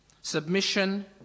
submission